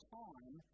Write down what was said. time